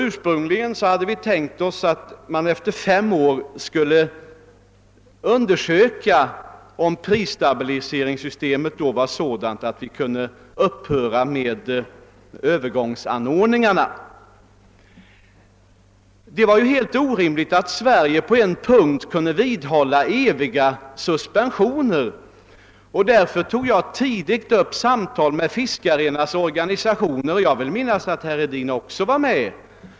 Ursprungligen hade vi tänkt oss att man efter fem år skulle undersöka om prisstabiliseringssystemet då möjliggjorde ett upphörande av övergångsanordningarna. Det var emellertid helt orimligt att Sverige på en punkt skulle vidhålla eviga suspensioner, och därför tog jag tidigt upp diskussioner med fiskarnas organisationer, vid vilka jag vill minnas att även herr Hedin deltog.